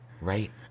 Right